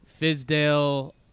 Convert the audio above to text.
Fizdale